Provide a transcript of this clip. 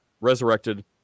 resurrected